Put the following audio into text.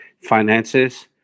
finances